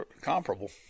comparable